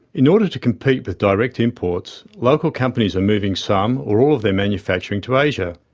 in order to compete with direct imports, local companies are moving some or all of their manufacturing to asia.